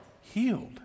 healed